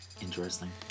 Interesting